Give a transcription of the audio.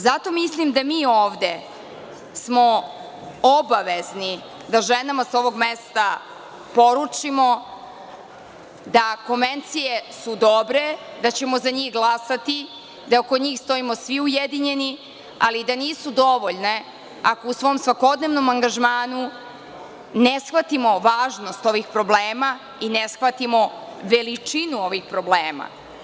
Zato mislim da mi ovde smo obavezni da ženama sa ovog mesta poručimo da konvencije su dobre, da ćemo za njih glasati, da oko njih stojimo svi ujedinjeni, ali da nisu dovoljne ako u svom svakodnevnom angažmanu ne shvatimo važnost ovih problema i ne shvatimo veličinu ovih problema.